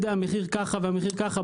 המחיר ככה והמחיר ככה,